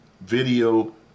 video